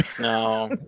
No